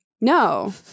No